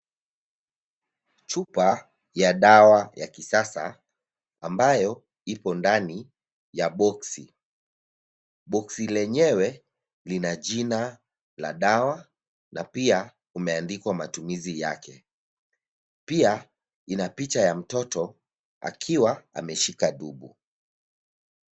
Chupa ya dawa ya kisasa ambayo iko ndani ya boski . Boksi lenyewe lina jina la dawa na pia imeandikwa matumizi yake pia inapicha ya mtoto akiwa ameshika dubu.